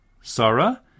Sarah